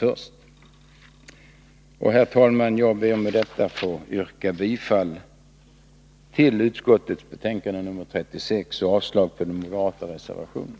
Herr talman! Jag yrkar bifall till utskottets hemställan och avslag på den moderata reservationen.